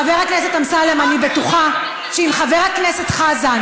חבר הכנסת אמסלם, אני בטוחה שאם חבר הכנסת חזן